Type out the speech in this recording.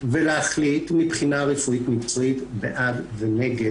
ולהחליט מבחינה הרפואית ומקצועית בעד ונגד